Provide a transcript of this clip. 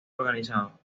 organizado